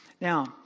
Now